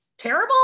terrible